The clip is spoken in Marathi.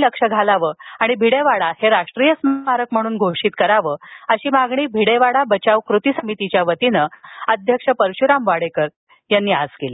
लक्ष घालून भिडेवाडा राष्ट्रीय स्मारक म्हणून घोषित करावं अशी मागणी भिडेवाडा बचाव कृती समितीच्या वतीनं अध्यक्ष परश्राम वाडेकर यांनी केली